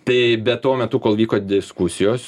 tai bet tuo metu kol vyko diskusijos